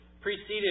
preceded